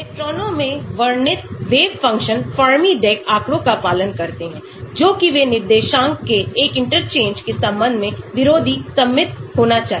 इलेक्ट्रॉनों में वर्णित वेव फ़ंक्शन फर्मी डीरेक आंकड़ों का पालन करते हैं जो कि वे निर्देशांक के एक इंटरचेंज के संबंध में विरोधी सममित होना चाहिए